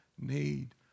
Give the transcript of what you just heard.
need